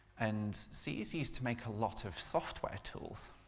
and c is used to make a lot of software tools,